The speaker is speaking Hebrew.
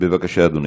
בבקשה, אדוני,